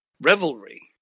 revelry